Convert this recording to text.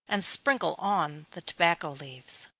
and sprinkle on the tobacco leaves.